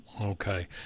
okay